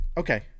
Okay